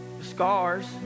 Scars